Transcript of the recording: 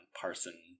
Parson